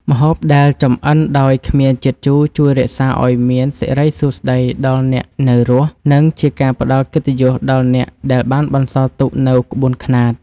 ម្ហូបដែលចម្អិនដោយគ្មានជាតិជូរជួយរក្សាឱ្យមានសិរីសួស្តីដល់អ្នកនៅរស់ និង ជាការផ្ដល់កិត្តិយសដល់អ្នកដែលបានបន្សល់ទុកនូវក្បួនខ្នាត។